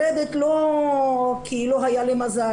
לא כי לא היה לי מזל,